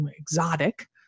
exotic